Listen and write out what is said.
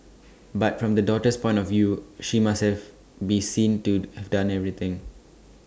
but from the daughter's point of view she must have be seen to have done everything